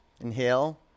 Inhale